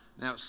Now